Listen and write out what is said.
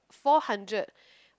four hundred